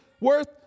worth